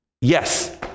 Yes